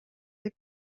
деп